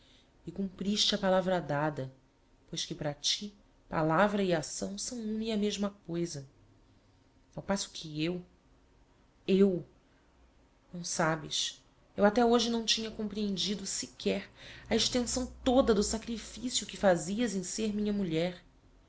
e cumpriste a palavra dada pois que para ti palavra e acção são uma e a mesma coisa ao passo que eu eu não sabes eu até hoje não tinha comprehendido sequer a extensão toda do sacrificio que fazias em ser minha mulher